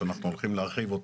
שאנחנו הולכים להרחיב אותו,